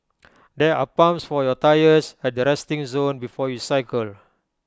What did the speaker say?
there are pumps for your tyres at the resting zone before you cycle